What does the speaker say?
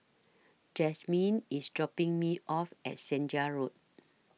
Jazmyn IS dropping Me off At Senja Road